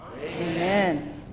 amen